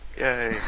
Yay